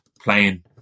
playing